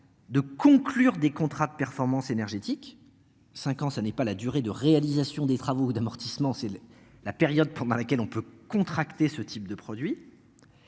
de conclure des contrats de performance énergétique. 5 ans, ça n'est pas la durée de réalisation des travaux d'amortissement. C'est la période pendant laquelle on peut contracter ce type de produit.